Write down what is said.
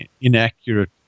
inaccurate